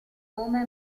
come